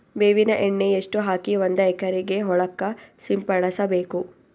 ಬೇವಿನ ಎಣ್ಣೆ ಎಷ್ಟು ಹಾಕಿ ಒಂದ ಎಕರೆಗೆ ಹೊಳಕ್ಕ ಸಿಂಪಡಸಬೇಕು?